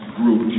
group